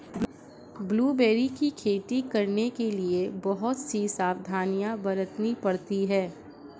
blueberry की खेती करने के लिए बहुत सी सावधानियां बरतनी पड़ती है